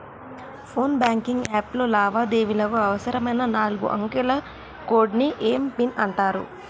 phone banking app లో లావాదేవీలకు అవసరమైన నాలుగు అంకెల కోడ్ని ఏం పిన్ అంటారు